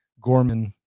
Gorman